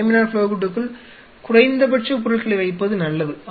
laminar flow ஹூட்டுக்குள் குறைந்தபட்ச பொருட்களை வைப்பது நல்லது